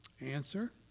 answer